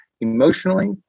emotionally